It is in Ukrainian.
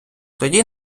тоді